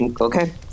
Okay